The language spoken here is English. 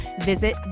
Visit